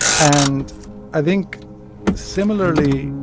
and i think similarly,